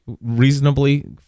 reasonably